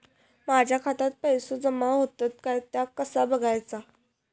माझ्या खात्यात पैसो जमा होतत काय ता कसा बगायचा?